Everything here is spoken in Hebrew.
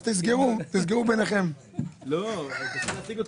09:53.) אני מחדש את הישיבה.